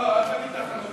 לא, אל תגיד תחנות יציאה,